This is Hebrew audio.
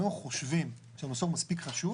ואם אנחנו חושבים שהנושא הוא מספיק חשוב